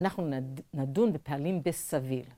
אנחנו נדון בפעלים בסביל.